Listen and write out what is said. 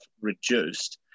reduced